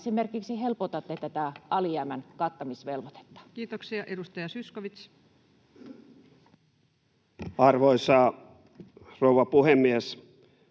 tätä alijäämän kattamisvelvoitetta? Kiitoksia. — Edustaja Zyskowicz. Arvoisa rouva puhemies!